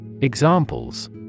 Examples